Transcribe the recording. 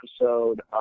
episode